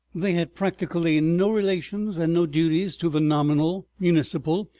they had practically no relations and no duties to the nominal, municipal,